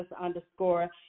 underscore